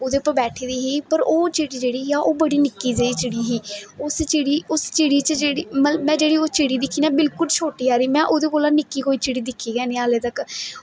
ते उत्थै बेठी दी ही ते ओह् चिड़ी जेहड़ी ओह् बड़ी निक्की जेही चिड़ी ही उस चिड़ी च जेहड़ी में जेहड़़ी ओह् चिड़ी दिक्खी ना बिल्कुल छोटी सारी ही में ओहदे कोला निक्की कोई चिड़ी दिक्खी गै नी हाले तक्कर